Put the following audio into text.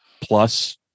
plus